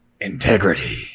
integrity